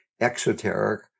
exoteric